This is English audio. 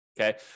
Okay